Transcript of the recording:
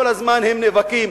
כל הזמן הם נאבקים,